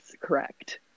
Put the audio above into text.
correct